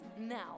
Now